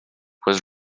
was